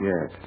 Yes